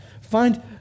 Find